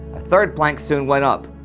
a third plank soon went up,